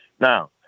Now